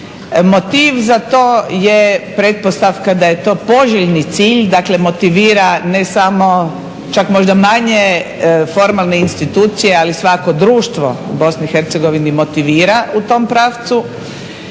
Motiv za to je pretpostavka da je to poželjni cilj, dakle motivira ne samo, čak možda manje formalne institucije ali svakako društvo BiH motivira u tom pravcu.